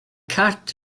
cat